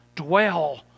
dwell